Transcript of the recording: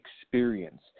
experience